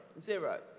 Zero